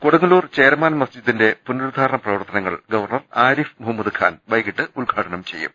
കൊടുങ്ങല്ലൂർ ചേരമാൻ മസ്ജിദിന്റെ പുനരുദ്ധാരണ പ്രവർത്ത നങ്ങൾ ഗവർണർ ആരിഫ്മുഹമ്മദ് ഖാൻ വൈകിട്ട് ഉദ്ഘാ ടനം ചെയ്യും